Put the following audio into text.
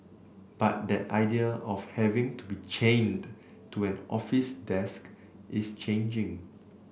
but that idea of having to be chained to an office desk is changing